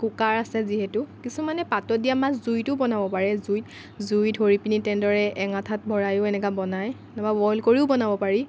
cooker আছে যিহেতু কিছুমানে পাতত দিয়া মাছ জুইতো বনাব পাৰে জুই জুই ধৰি পিনি তেনেদৰে অঙঠাত ভৰায়ো এনেকৈ বনায় নাইবা বইল কৰিও বনাব পাৰি